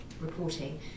reporting